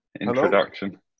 introduction